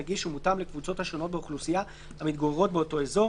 נגיש ומותאם לקבוצות השונות באוכלוסייה המתגוררות באותו אזור,